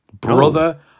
brother